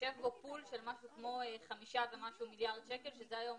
שיושב בו פול של משהו כמו חמישה ומשהו מיליארד שקלים שזה היום